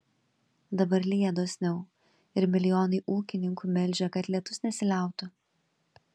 dabar lyja dosniau ir milijonai ūkininkų meldžia kad lietus nesiliautų